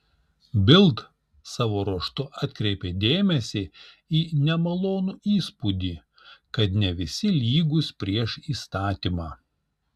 bild savo ruožtu atkreipė dėmesį į nemalonų įspūdį kad ne visi lygūs prieš įstatymą